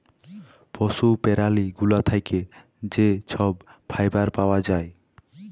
পশু প্যারালি গুলা থ্যাকে যে ছব ফাইবার পাউয়া যায়